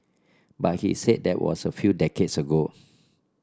but he said that was a few decades ago